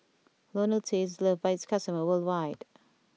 Ionil T is loved by its customers worldwide